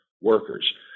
workers